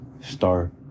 start